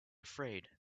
afraid